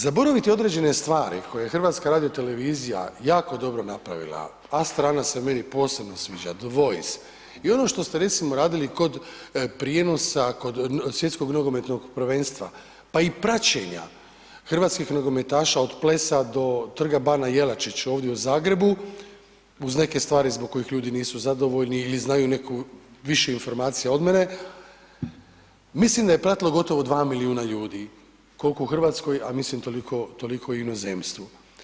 Zaboraviti određene stvari koje je HRT jako dobro napravila „A Strana“ se meni posebno sviđa, „The Voice“ i ono što ste recimo radili kod prijenosa, kod Svjetskog nogometnog prvenstva, pa i praćenja hrvatskih nogometaša od Plesa do Trga bana Jelačića ovdje u Zagrebu uz neke stvari zbog kojih ljudi nisu zadovoljni i znaju neku više informacija od mene, mislim da je pratilo gotovo 2 milijuna ljudi, kolko u RH, a mislim toliko, toliko i u inozemstvu.